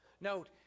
note